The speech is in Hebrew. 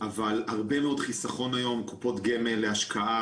אבל הרבה מאוד חיסכון היום קופות גמל להשקעה,